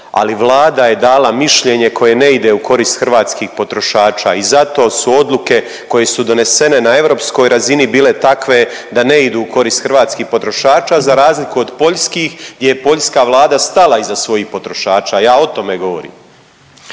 ali Vlada je dala mišljenje koje ne ide u korist hrvatskih potrošača i zato su odluke koje su donesene na europskoj razini bile takve da ne idu u korist hrvatskih potrošača za razliku od poljskih gdje je poljska Vlada stala iza svojih potrošača. Ja o tome govorim.